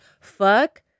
fuck